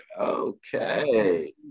okay